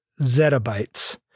zettabytes